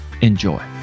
enjoy